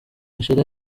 ishira